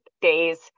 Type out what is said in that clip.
days